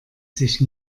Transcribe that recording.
sich